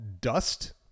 Dust